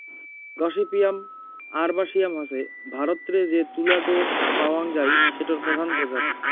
gossypium arboreum হসে ভারতরে যে তুলা টো পাওয়াং যাই সেটোর প্রধান প্রজাতি